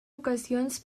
ocasions